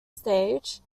stage